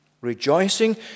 Rejoicing